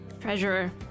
Treasurer